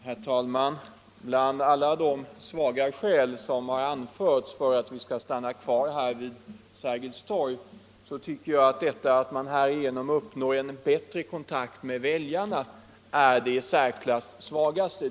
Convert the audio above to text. Herr talman! Bland alla de svaga skäl som har anförts för att vi skall stanna kvar här vid Sergels torg tycker jag att detta att man härigenom uppnår en bättre kontakt med väljarna är det i särklass svagaste.